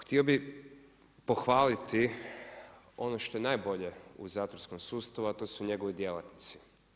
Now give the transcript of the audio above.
Htio bi pohvaliti ono što je nabolje u zatvorskom sustavu a to su njegovi djelatnici.